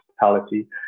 hospitality